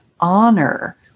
honor